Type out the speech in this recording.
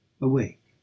awake